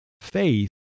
faith